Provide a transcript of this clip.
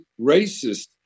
racist